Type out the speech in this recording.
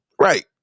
Right